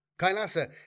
Kailasa